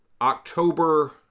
october